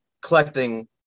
collecting